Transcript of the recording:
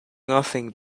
nothing